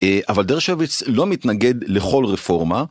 אבל דרשוויץ לא מתנגד לכל רפורמה.